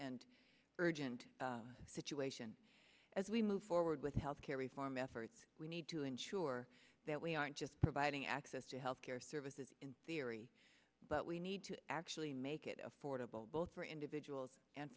and urgent situation as we move forward with health care reform efforts we need to ensure that we aren't just providing access to health care services in theory but we need to actually make it affordable both for individuals and